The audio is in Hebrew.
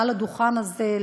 מעל הדוכן הזה,